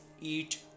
eat